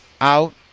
out